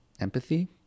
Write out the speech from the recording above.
empathy